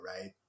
right